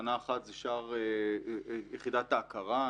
תחנה אחת היא יחידת ההכרה.